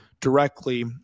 directly